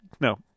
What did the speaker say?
No